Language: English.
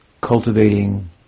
cultivating